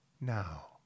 now